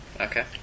Okay